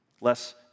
Less